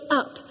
up